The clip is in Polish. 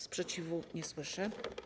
Sprzeciwu nie słyszę.